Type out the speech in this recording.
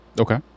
okay